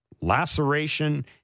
laceration